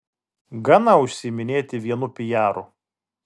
gana užsiiminėti vienu pijaru